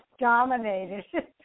dominated